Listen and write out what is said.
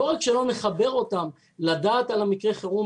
לא רק שלא נחבר אותם לדעת על מקרי החירום